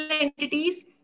entities